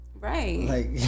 Right